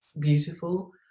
beautiful